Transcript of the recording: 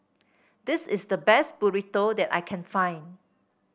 this is the best Burrito that I can find